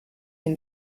ihn